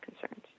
concerns